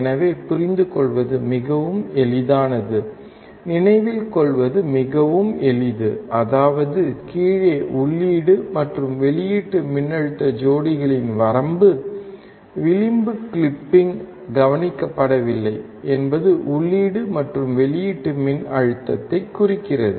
எனவே புரிந்து கொள்வது மிகவும் எளிதானது நினைவில் கொள்வது மிகவும் எளிது அதாவது கீழே உள்ளீடு மற்றும் வெளியீட்டு மின்னழுத்த ஜோடிகளின் வரம்பு விளிம்பு கிளிப்பிங் கவனிக்கப்படவில்லை என்பது உள்ளீடு மற்றும் வெளியீட்டு மின்னழுத்தத்தைக் குறிக்கிறது